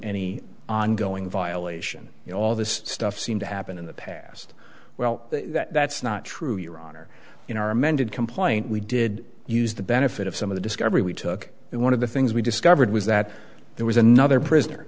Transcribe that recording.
any ongoing violation you know all this stuff seemed to happen in the past well that's not true your honor in our amended complaint we did use the benefit of some of the discovery we took and one of the things we discovered was that there was another prisoner